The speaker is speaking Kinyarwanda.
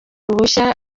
ruhushya